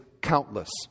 countless